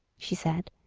she said,